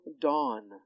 dawn